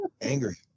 Angry